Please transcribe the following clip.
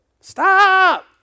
Stop